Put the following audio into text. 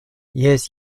jes